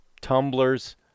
tumblers